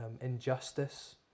injustice